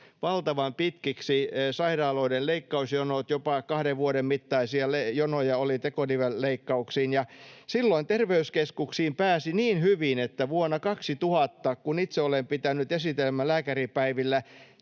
valtavan pitkiksi sairaaloiden leikkausjonot, jopa kahden vuoden mittaisia jonoja oli tekonivelleikkauksiin. Silloin terveyskeskuksiin pääsi niin hyvin, että vuonna 2000, kun itse olen pitänyt esitelmää Lääkäripäivillä